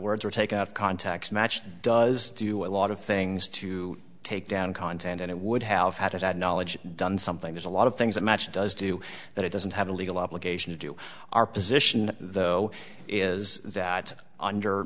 words were take out of context matched does do a lot of things to take down content and it would have had it had knowledge done something there's a lot of things that match does do that it doesn't have a legal obligation to do our position though is that under